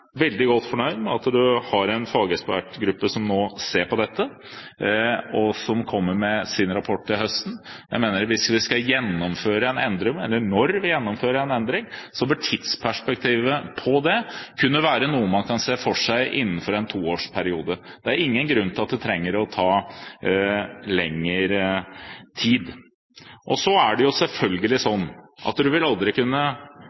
veldig godt fornøyd med at statsråden har en fagekspertgruppe som nå ser på dette, og som kommer med sin rapport til høsten. Jeg mener at når vi skal gjennomføre en endring, bør tidsperspektivet være noe man kan se for seg innenfor en toårsperiode. Det er ingen grunn til at det trenger å ta lengre tid. Så er det selvfølgelig